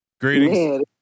Greetings